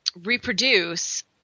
reproduce